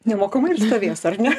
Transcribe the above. nemokamai ir stovės ar ne